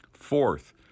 fourth